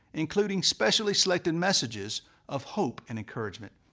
including specially selected messages of hope and encouragement.